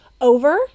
over